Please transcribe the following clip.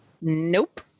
Nope